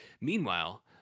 Meanwhile